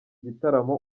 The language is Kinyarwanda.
gitaramo